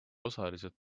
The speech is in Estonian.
osaliselt